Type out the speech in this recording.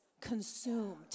consumed